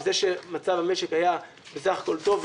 זה שמצב המשק היה בסך הכול טוב,